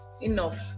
enough